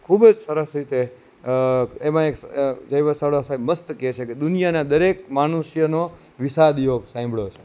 ખૂબ જ સરસ રીતે એમાં જય વસાવડા સાહેબ મસ્ત કહે છે કે દુનિયાના દરેક મનુષ્યનો વિશાદ યોગ સાંભળ્યો છે